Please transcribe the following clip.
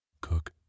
cook